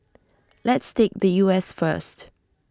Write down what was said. let's take the U S first